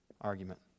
argument